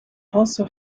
also